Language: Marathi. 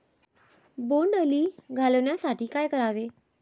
बोंडअळी घालवण्यासाठी काय करावे?